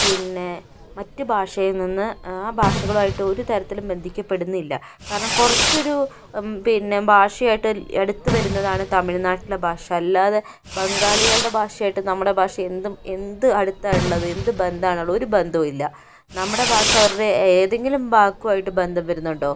പിന്നെ മറ്റു ഭാഷയിൽ നിന്ന് ആ ഭാഷകളുമായിട്ട് ഒരുതരത്തിലും ബന്ധിക്കപ്പെടുന്നില്ല കാരണം കുറച്ചൊരു പിന്നെ ഭാഷയായിട്ട് അടുത്ത് വരുന്നതാണ് തമിഴ് നാട്ടിലെ ഭാഷ അല്ലാതെ ബംഗാളികളുടെ ഭാഷയായിട്ടും നമ്മുടെ ഭാഷ എന്തും എന്ത് അടുത്താണ് ഉള്ളത് എന്ത് ബന്ധമാണുള്ളത് ഒരു ബന്ധവും ഇല്ല നമ്മുടെ ഭാഷ അവരുടെ ഏതെങ്കിലും വാക്കുമായിട്ട് ബന്ധം വരുന്നുണ്ടോ